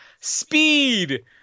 Speed